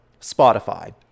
Spotify